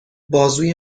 بازوی